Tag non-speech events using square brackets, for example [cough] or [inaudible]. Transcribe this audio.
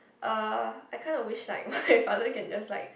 uh I kind of wish like [laughs] my father can just like